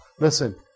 Listen